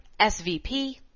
SVP